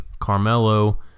Carmelo